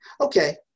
Okay